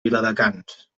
viladecans